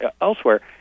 elsewhere